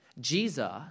Jesus